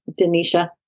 Denisha